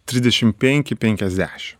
trisdešim penki penkiasdešim